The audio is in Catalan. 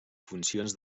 funcions